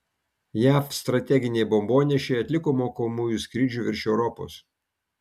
jav strateginiai bombonešiai atliko mokomųjų skrydžių virš europos